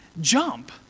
jump